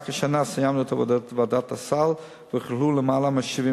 רק השנה סיימנו את עבודת ועדת הסל והוכללו למעלה מ-78